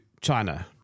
china